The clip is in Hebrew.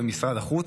משרד החוץ,